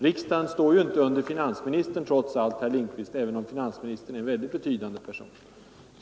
Riksdagen står trots allt inte under finansministern, herr Lindkvist, även om finansministern är en betydande person.